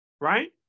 right